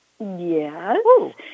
Yes